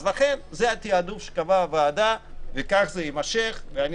זה התעדוף שקבעה הוועדה וכך זה יימשך ואני